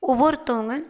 ஒவ்வொருத்தவங்க